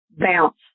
bounce